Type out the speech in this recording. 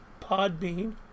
Podbean